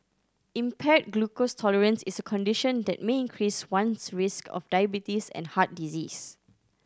impaired glucose tolerance is a condition that may increase one's risk of diabetes and heart disease